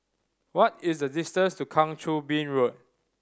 what is the distance to Kang Choo Bin Road